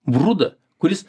brudą kuris